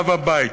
אב הבית,